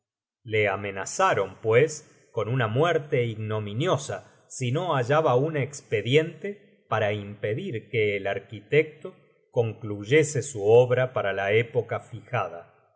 le amenazaron pues con una muerte ignominiosa si no hallaba un espediente para impedir que el arquitecto concluyese su obra para la época fijada